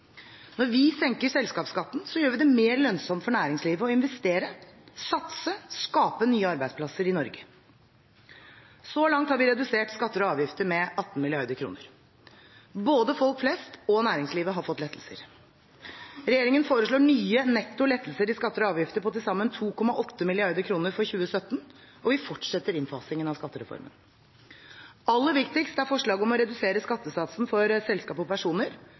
Når vi senker selskapsskatten, gjør vi det mer lønnsomt for næringslivet å investere, satse og skape nye arbeidsplasser i Norge. Så langt har vi redusert skatter og avgifter med over 18 mrd. kr. Både folk flest og næringslivet har fått lettelser. Regjeringen forslår nye netto lettelser i skatter og avgifter på til sammen 2,8 mrd. kr for 2017, og vi fortsetter innfasingen av skattereformen. Aller viktigst er forslaget om å redusere skattesatsen for selskap og personer